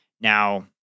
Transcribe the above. Now